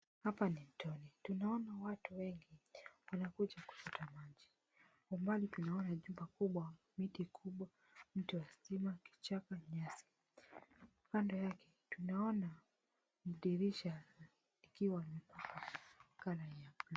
Hapa ni mtoni tunaona watu wengi wanakuja kuchota maji, kwa umbali tunaona nyumba kubwa, miti mkubwa mti wa stima, kichaka, nyasi kando yake tunaona dirisha likiwa limepakwa rangi ni ya buluu.